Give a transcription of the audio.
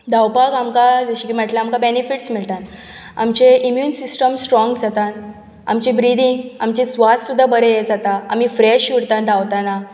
धांवपाक आमकां जशें की म्हटल्यार आमकां बॅनिफिट्स मेळटात आमचें इम्यून सिस्टम स्ट्रोंग जाता आमचें ब्रिथींग आमचें स्वास सुद्दां बरें जाता आमी फ्रेश उरतात धांवताना